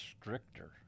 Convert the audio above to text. stricter